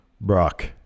Brock